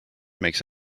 makes